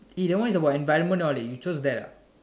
eh that one is environment all eh you chose that ah